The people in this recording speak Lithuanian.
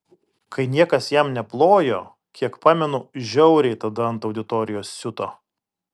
kai niekas jam neplojo kiek pamenu žiauriai tada ant auditorijos siuto